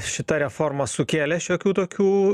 šita reforma sukėlė šiokių tokių